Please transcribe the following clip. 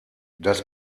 das